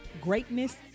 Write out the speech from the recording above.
greatness